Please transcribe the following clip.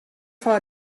fan